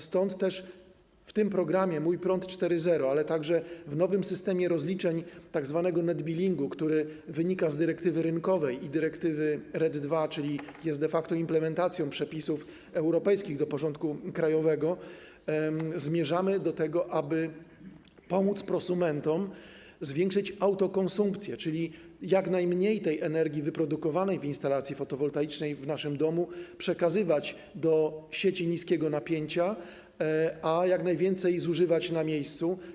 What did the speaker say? Stąd też w programie ˝Mój prąd˝ 4.0, ale także w nowym systemie rozliczeń tzw. net-billingu, który wynika z dyrektywy rynkowej i dyrektywy RED II, czyli jest to de facto implementacja przepisów europejskich do porządku krajowego, zmierzamy do tego, aby pomóc prosumentom zwiększyć autokonsumpcję, czyli żeby jak najmniej tej energii wyprodukowanej w instalacji fotowoltaicznej w naszym domu przekazywać do sieci niskiego napięcia, a jak najwięcej zużywać na miejscu.